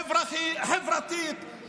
חברתית,